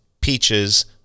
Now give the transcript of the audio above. peaches